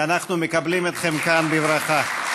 ואנחנו מקבלים אתכם כאן בברכה.